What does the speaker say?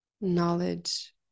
knowledge